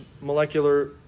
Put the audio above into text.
molecular